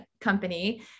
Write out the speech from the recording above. company